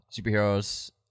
superheroes